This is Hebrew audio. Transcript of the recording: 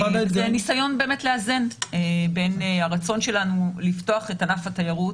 זה הניסיון לאזן בין הרצון שלנו לפתוח את ענף התיירות,